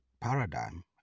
paradigm